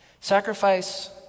Sacrifice